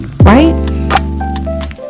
right